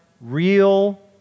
real